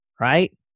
right